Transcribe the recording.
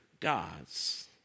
gods